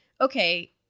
okay